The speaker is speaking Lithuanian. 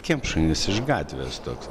kiemšunis iš gatvės toks